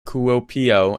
kuopio